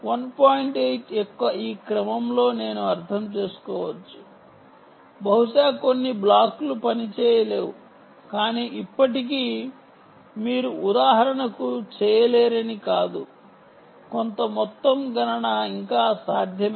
8 యొక్క ఈ క్రమంలో నేను అర్థం చేసుకోవచ్చు బహుశా కొన్ని బ్లాక్లు పనిచేయలేవు కానీ ఇప్పటికీ మీరు ఉదాహరణకు చేయలేరని కాదు కొంత మొత్తం గణన ఇంకా సాధ్యమే